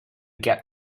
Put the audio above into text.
get